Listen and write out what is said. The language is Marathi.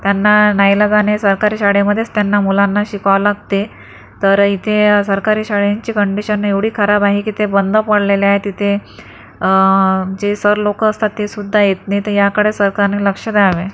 त्यांना नाईलाजाने सरकारी शाळेमध्येच त्यांना मुलांना शिकवावं लागते तर इथे सरकारी शाळेंची कंडिशन एवढी खराब आहे की ते बंद पडलेले आहे तिथे जे सर लोक असतात तेसुद्धा येत नाहीत तर याकडे सरकारने लक्ष द्यावे